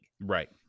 right